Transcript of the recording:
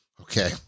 Okay